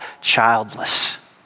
childless